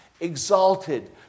exalted